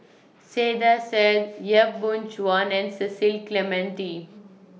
Saiedah Said Yap Boon Chuan and Cecil Clementi